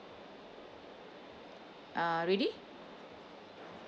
uh ready